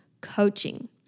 coaching